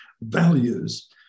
values